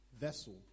vessel